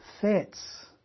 fits